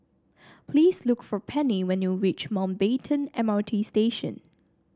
please look for Pennie when you reach Mountbatten M R T Station